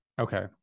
Okay